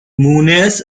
مونس